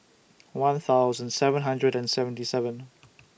one thousand seven hundred and seventy seven